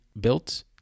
built